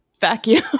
vacuum